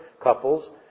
couples